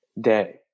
day